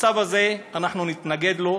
המצב הזה, אנחנו נתנגד לו.